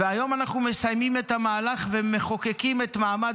והיום אנחנו מסיימים את המהלך ומחוקקים את מעמד